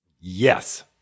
Yes